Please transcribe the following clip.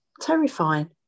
terrifying